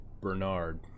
Bernard